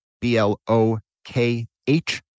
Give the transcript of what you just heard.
B-L-O-K-H